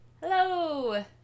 hello